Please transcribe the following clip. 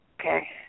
Okay